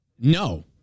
no